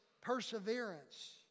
perseverance